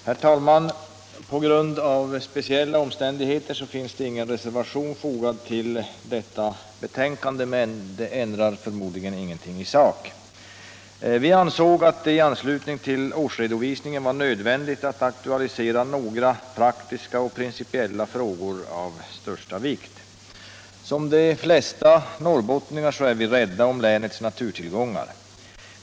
Herr talman! På grund av speciella omständigheter finns ingen reservation fogad till detta betänkande, men det ändrar förmodligen ingenting i sak. Vi motionärer ansåg att det i anslutning till årsredovisningen var nödvändigt att aktualisera några praktiska och principiella frågor av största vikt. Som de flesta norrbottningar är vi rädda om länets naturtillgångar.